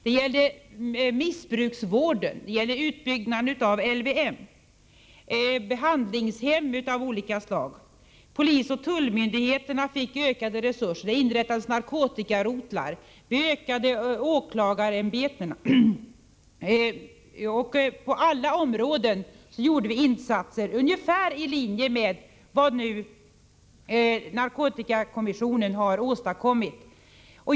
Det rörde missbruksvården, en utbyggnad av LVM, behandlingshem av olika slag. Polis och tullmyndigheter fick ökade resurser. Det inrättades narkotikarotlar hos polisen. Det blev en utökning av antalet åklagare. På alla områden gjorde vi insatser, ungefär i linje med vad narkotikakommissionen har föreslagit.